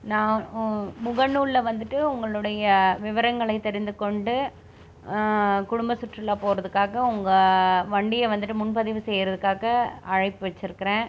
நான் முகநூலில் வந்துட்டு உங்களுடைய விவரங்களை தெரிந்துக் கொண்டு குடும்ப சுற்றுலா போகிறதுக்காக உங்கள் வண்டியை வந்துட்டு முன்பதிவு செய்கிறதுக்காக அழைப்பு வச்சுருக்கிறேன்